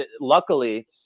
Luckily